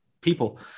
people